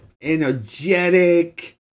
energetic